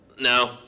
no